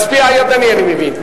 לשכת ראש הממשלה לשעבר,